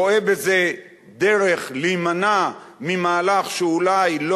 רואה בזה דרך להימנע ממהלך שאולי לא